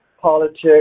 politics